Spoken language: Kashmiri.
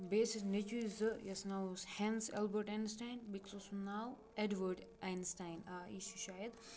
بیٚیہِ ٲسِس نیٚچی زٕ یَس ناو اوس ہٮ۪نس ایلبٲٹ اینسٹاین بیٚکِس اوس ناو اٮ۪ڈوٲڈ اینسٹاین یہِ چھُ شاید